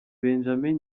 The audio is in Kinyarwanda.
benjamin